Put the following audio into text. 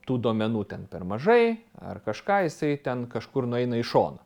tų duomenų ten per mažai ar kažką jisai ten kažkur nueina į šoną